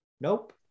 nope